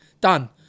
Done